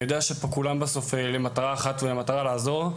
ואני יודע שכולם פה בסוף למטרה אחת ובמטרה לעזור.